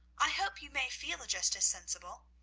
i hope you may feel just as sensible.